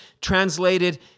translated